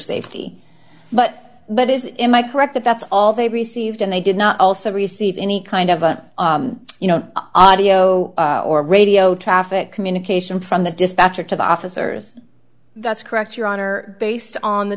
safety but what is in my correct that that's all they received and they did not also receive any kind of a you know audio or radio traffic communication from the dispatcher to the officers that's correct your honor based on the